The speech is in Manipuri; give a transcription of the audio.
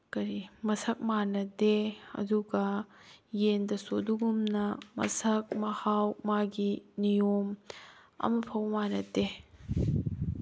ꯀꯔꯤ ꯃꯁꯛ ꯃꯥꯟꯅꯗꯦ ꯑꯗꯨꯒ ꯌꯦꯟꯗꯁꯨ ꯑꯗꯨꯒꯨꯝꯅ ꯃꯁꯛ ꯃꯍꯥꯎ ꯃꯥꯒꯤ ꯅꯤꯌꯣꯝ ꯑꯃ ꯐꯥꯎ ꯃꯥꯟꯅꯗꯦ